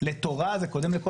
זה קודם לתורה,